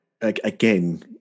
Again